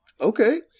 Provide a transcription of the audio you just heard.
Okay